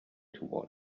toward